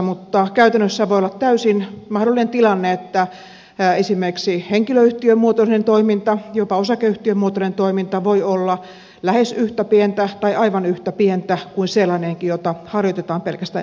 mutta käytännössä voi olla täysin mahdollinen tilanne se että esimerkiksi henkilöyhtiömuotoinen toiminta jopa osakeyhtiömuotoinen toiminta voi olla lähes yhtä pientä tai aivan yhtä pientä kuin sellainenkin jota harjoitetaan pelkästään elinkeinonharjoittajana